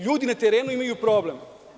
Ljudi na terenu imaju problem.